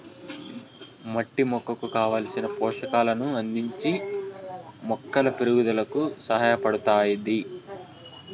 మట్టి మొక్కకు కావలసిన పోషకాలను అందించి మొక్కల పెరుగుదలకు సహాయపడుతాది